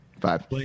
Five